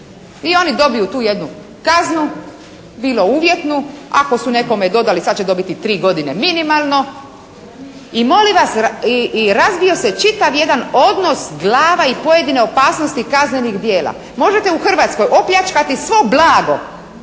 I oni dobiju tu jednu kaznu, bilo uvjetnu, ako su nekome dodali sada će dobiti tri godine minimalno i molim vas i razbio se čitav jedan odnos glava i pojedine opasnosti kaznenih djela. Možete u Hrvatskoj opljačkati svo blago